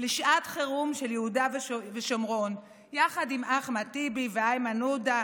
לשעת חירום של יהודה ושומרון יחד עם אחמד טיבי ואיימן עודה,